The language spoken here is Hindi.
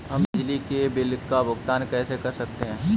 हम बिजली के बिल का भुगतान कैसे कर सकते हैं?